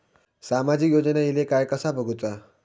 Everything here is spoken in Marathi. सामाजिक योजना इले काय कसा बघुचा?